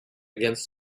against